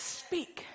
speak